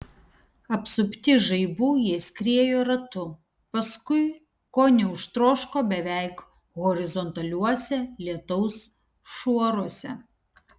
apsupti žaibų jie skriejo ratu paskui ko neužtroško beveik horizontaliuose lietaus šuoruose